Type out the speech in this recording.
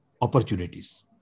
opportunities